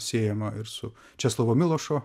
siejama ir su česlovo milošo